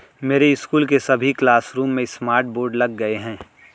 मेरे स्कूल के सभी क्लासरूम में स्मार्ट बोर्ड लग गए हैं